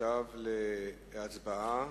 עכשיו להצבעה.